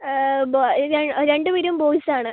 രണ്ടുപേരും ബോയ്സ് ആണ്